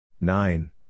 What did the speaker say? nine